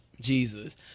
Jesus